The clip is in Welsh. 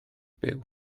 byw